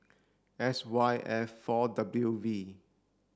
S Y F four W V